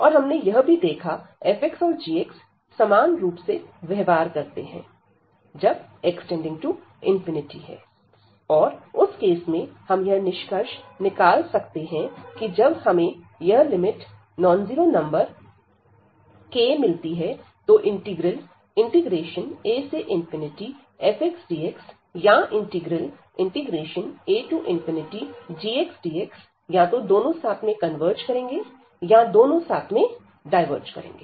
और हमने यह भी देखा fx औरgx समान रूप से व्यवहार करते हैं जब x→∞ और उस केस में हम यह निष्कर्ष निकाल सकते हैं कि जब हमें यह limit non zero number k मिलती है तो इंटीग्रल afxdx या इंटीग्रल agxdx या दोनों साथ में कन्वर्ज करेंगे या दोनों साथ में डायवर्ज करेंगे